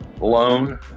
loan